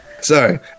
Sorry